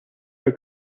were